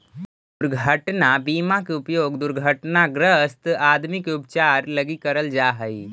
दुर्घटना बीमा के उपयोग दुर्घटनाग्रस्त आदमी के उपचार लगी करल जा हई